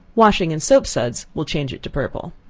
washing in soap suds will change it to purple.